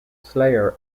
slayer